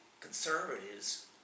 conservatives